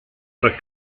fra